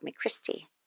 Christie